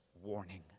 warning